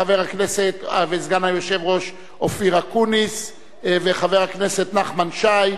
חבר הכנסת וסגן היושב-ראש אופיר אקוניס וחבר הכנסת נחמן שי,